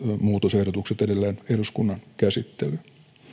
muutosehdotukset edelleen eduskunnan käsittelyyn